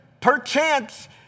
perchance